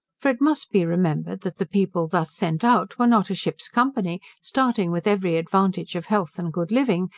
for it must be remembered, that the people thus sent out were not a ship's company starting with every advantage of health and good living,